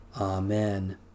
Amen